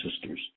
sisters